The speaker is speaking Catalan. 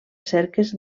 cerques